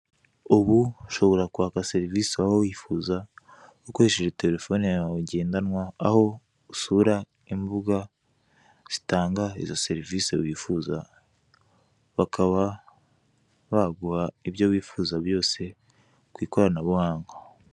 Ubu ushobora kwaka serivisi waba wifuza ukoresheje telefone yawe ngendanwa, aho usura imbuga zitanga serivise wifuza, bakaba baguha ibyo wifuza byose ku ikoranabuhanga.